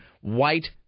white